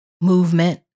movement